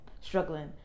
struggling